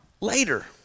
later